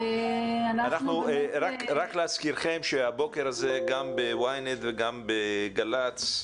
רק להזכירכם, שהבוקר הזה גם ב-yent וגם בגל"צ,